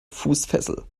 fußfessel